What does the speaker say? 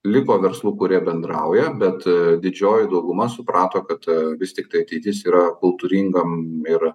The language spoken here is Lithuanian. liko verslų kurie bendrauja bet didžioji dauguma suprato kad vis tiktai ateitis yra kultūringam ir